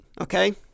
okay